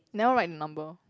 never write the number